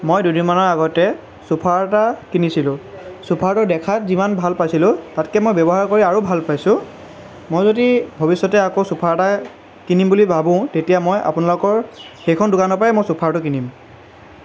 মই দুদিনমানৰ আগতে ছোফাৰ এটা কিনিছিলোঁ ছোফাটো দেখাত যিমান ভাল পাইছিলোঁ তাতকৈ মই ব্যৱহাৰ কৰি আৰু ভাল পাইছোঁ মই যদি ভৱিষ্যতে আকৌ ছোফাৰ এটাই কিনিম বুলি ভাবোঁ তেতিয়া মই আপোনালোকৰ সেইখন দোকানৰ পৰাই মই ছোফাৰটো কিনিম